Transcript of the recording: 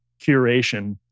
curation